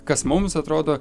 kas mums atrodo